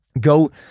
Go